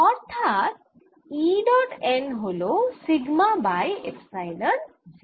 অর্থাৎ E dot n হল sigma by epsilon 0